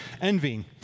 Envy